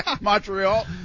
Montreal